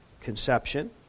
conception